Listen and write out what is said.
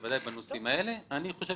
בוודאי בנושאים האלה, אני חושב